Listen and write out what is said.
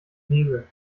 hebel